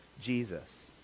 Jesus